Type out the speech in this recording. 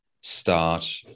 start –